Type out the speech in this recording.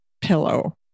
pillow